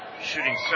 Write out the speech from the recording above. shooting